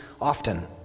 often